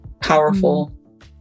powerful